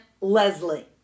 Leslie